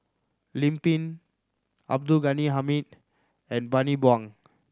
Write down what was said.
Lim Pin Abdul Ghani Hamid and Bani Buang